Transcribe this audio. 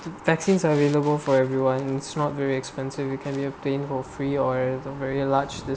vaccines available for everyone it's not very expensive you can be obtained for free or at the very large